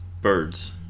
birds